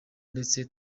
ndetse